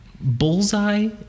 Bullseye